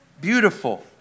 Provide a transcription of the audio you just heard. beautiful